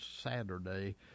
Saturday